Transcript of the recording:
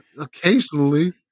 Occasionally